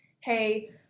hey